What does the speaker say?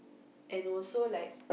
and also like